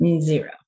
zero